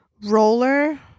roller